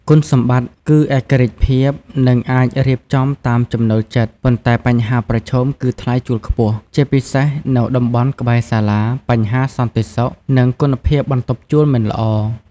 គុណសម្បត្តិគឺឯករាជ្យភាព និងអាចរៀបចំតាមចំណូលចិត្ត ប៉ុន្តែបញ្ហាប្រឈមគឺថ្លៃជួលខ្ពស់ ជាពិសេសនៅតំបន់ក្បែរសាលា បញ្ហាសន្តិសុខ និងគុណភាពបន្ទប់ជួលមិនល្អ។